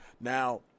Now